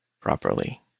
properly